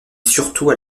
surtout